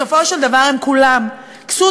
בסופו של דבר הם כולם כסות,